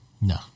No